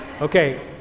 Okay